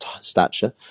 stature